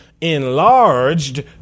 enlarged